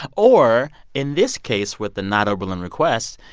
or in this case with the not-oberlin request,